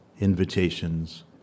Invitations